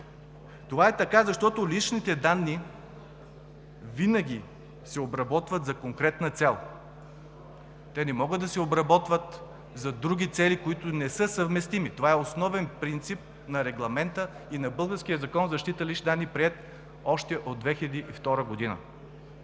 Това е така, защото личните данни винаги се обработват за конкретна цел, те не могат да се обработват за други цели, които не са съвместими. Това е основен принцип на Регламента и на българския Закон за защита